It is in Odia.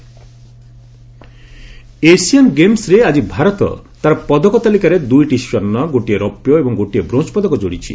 ଏସିଆନ୍ ଗେମ୍ନ ଏସିଆନ୍ ଗେମ୍ବରେ ଆଜି ଭାରତ ତାର ପଦକ ତାଲିକାରେ ଦୁଇଟି ସ୍ୱର୍ଷ୍ଣ ଗୋଟିଏ ରୌପ୍ୟ ଏବଂ ଗୋଟିଏ ବ୍ରୋଞ୍ଜ ପଦକ ଯୋଡ଼ିଛି